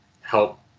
help